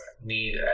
need